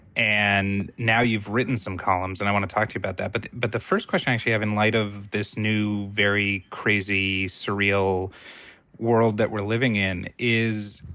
and now you've written some columns and i wanna talk to you about that. but the but the first question i actually have in light of this new very crazy, surreal world that we're living in is,